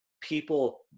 people